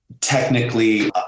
technically